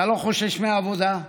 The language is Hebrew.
אתה לא חושש מעבודה,